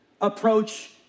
approach